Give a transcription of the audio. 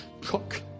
Cook